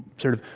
sort of,